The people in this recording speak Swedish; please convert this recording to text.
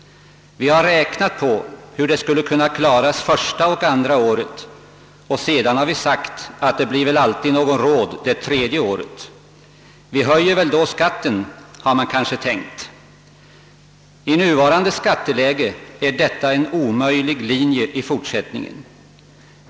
Vi har räknat på hur de skulle kunna klaras första och andra året, och sedan har vi sagt att det blir väl alltid någon råd det tredje året. Vi höjer väl då skatten, har man kanske tänkt. I nuvarande skatteläge är detta en omöjlig linje i fortsättningen.